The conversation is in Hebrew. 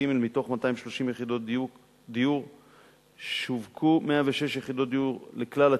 מתוך 230 יחידות דיור שווקו 106 יחידות דיור לכלל הציבור.